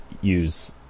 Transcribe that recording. use